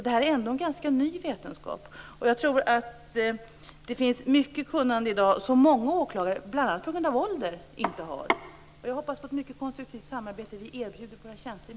Detta är alltså en ganska ny vetenskap. Jag tror att det finns mycket kunnande i dag som många åklagare, bl.a. på grund av ålder, inte har. Jag hoppas på ett mycket konstruktivt samarbete. Vi i Miljöpartiet erbjuder våra tjänster.